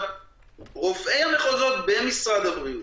רופאי המחוזות במשרד הבריאות,